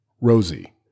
Rosie